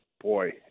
boy